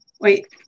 Wait